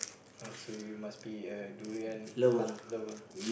oh so you must be a durian hunt lover